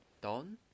Don